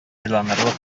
уйланырлык